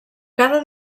cada